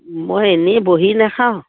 মই এনেই বহি নাখাওঁ